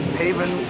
haven